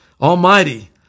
Almighty